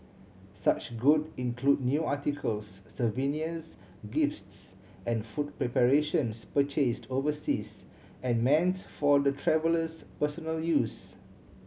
such good include new articles souvenirs gifts and food preparations purchased overseas and meant for the traveller's personal use